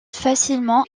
facilement